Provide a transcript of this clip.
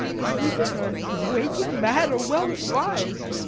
sleeping or waking, mad or well-advis'd?